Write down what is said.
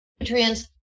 nutrients